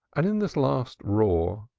and in this last roar,